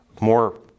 more